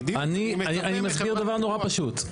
אני מסביר דבר נורא פשוט.